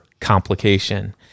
complication